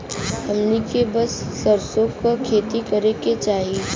हमनी के कब सरसो क खेती करे के चाही?